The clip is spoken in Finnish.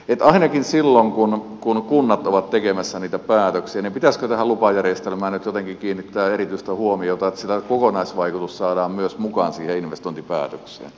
pitäisikö ainakin silloin kun kunnat ovat tekemässä niitä päätöksiä tähän lupajärjestelmään nyt jotenkin kiinnittää erityistä huomiota niin että sitä kokonaisvaikutusta saadaan myös mukaan siihen investointipäätökseen